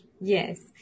Yes